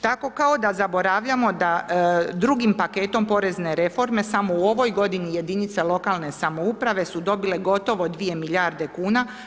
Tako da kao da zaboravljamo, da drugim paketom porezne reforme, samo u ovoj g. jedinice lokalne samouprave, su dobile gotovo 2 milijarde kn.